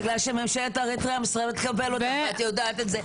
בגלל שממשלת אריתריאה מסרבת לקבל אותם ואת יודעת את זה.